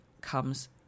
comes